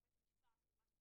בעבודה